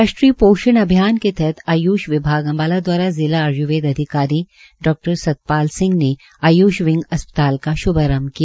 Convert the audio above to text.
राष्ट्रीय पोषण अभियान के तहत आयुष विभाग अम्बाला द्वारा आयुवेद अधिकारी डॉ सतपाल सिंह ने आय्ष विंग का श्भारंभ किया